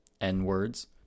N-words